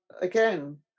again